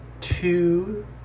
two